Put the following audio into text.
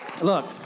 Look